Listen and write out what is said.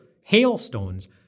hailstones